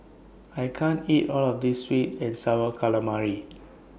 I can't eat All of This Sweet and Sour Calamari